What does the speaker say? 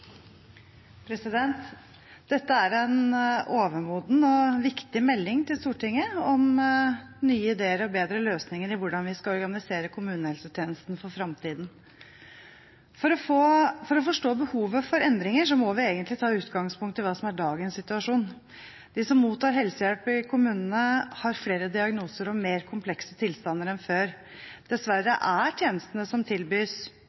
en overmoden og viktig melding til Stortinget om nye ideer og bedre løsninger for hvordan vi skal organisere kommunehelsetjenesten for framtiden. For å forstå behovet for endringer må vi egentlig ta utgangspunkt i dagens situasjon. De som mottar helsehjelp i kommunene, har flere diagnoser og mer komplekse tilstander enn før. Dessverre er tjenestene som tilbys,